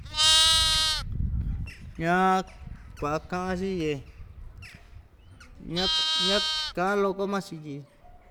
ñaa kuaꞌa kaꞌa‑chi tye ña na kaꞌan loko maa‑chi tye.